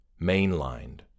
mainlined